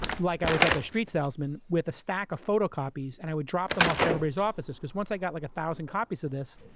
like i was like a street salesman with a stack of photocopies and i would drop them off at everybody's offices. once i got like a thousand copies of this,